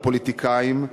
לפוליטיקאים,